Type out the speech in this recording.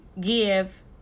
give